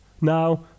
Now